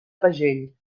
pagell